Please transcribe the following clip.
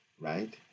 right